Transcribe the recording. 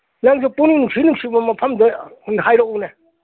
ꯅꯪꯁꯨ ꯄꯨꯛꯅꯤꯡ ꯅꯨꯡꯁꯤ ꯅꯨꯡꯁꯤꯕ ꯃꯐꯝꯗ ꯍꯥꯏꯔꯛꯎꯅꯦ